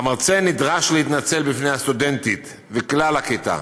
המרצה נדרש להתנצל בפני הסטודנטית וכלל הכיתה